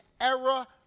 era